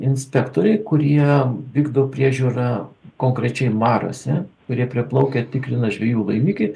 inspektoriai kurie vykdo priežiūrą konkrečiai mariose kurie priplaukę tikrina žvejų laimikį